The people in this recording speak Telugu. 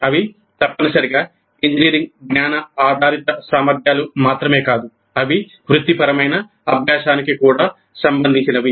అవి తప్పనిసరిగా ఇంజనీరింగ్ జ్ఞాన ఆధారిత సామర్థ్యాలు మాత్రమే కాదు అవి వృత్తిపరమైన అభ్యాసానికి కూడా సంబంధించినవి